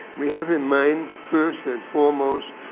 we have in mind first and foremost,